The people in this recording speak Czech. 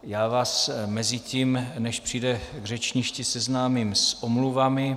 Já vás mezitím, než přijde k řečništi, seznámím s omluvami.